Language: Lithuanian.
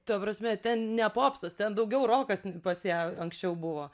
ta prasme ten ne popsas ten daugiau rokas pas ją anksčiau buvo